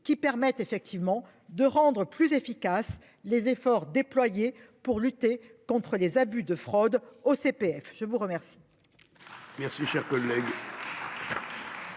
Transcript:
qui permettent effectivement de rendre plus efficaces les efforts déployés pour lutter contre les abus de fraudes au CPF. Je vous remercie.